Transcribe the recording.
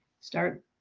start